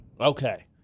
Okay